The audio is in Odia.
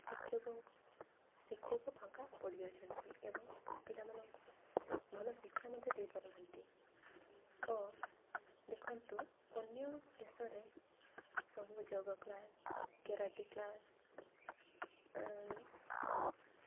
ଶିକ୍ଷକଙ୍କୁ ଶିକ୍ଷକ ଫାଙ୍କା ପଡ଼ିଯାଉଛନ୍ତି ଏବଂ ପିଲାମାନଙ୍କୁ ଭଲ ଶିକ୍ଷା ମଧ୍ୟ ଦେଇ ପାରୁନାହାନ୍ତି ଓ ଦେଖନ୍ତୁ ଅନ୍ୟ ଦେଶରେ ସବୁ ଯୋଗ କ୍ଲାସ୍ କେରାଟୀ କ୍ଲାସ୍